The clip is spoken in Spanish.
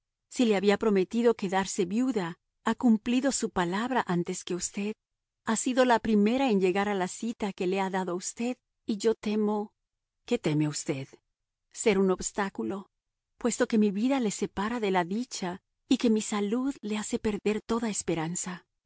si le había prometido quedarse viuda ha cumplido su palabra antes que usted ha sido la primera en llegar a la cita que le ha dado usted y yo temo qué teme usted ser un obstáculo puesto que mi vida le separa de la dicha y que mi salud le hace perder toda esperanza